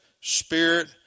spirit